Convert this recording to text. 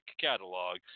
catalog